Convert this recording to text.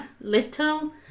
little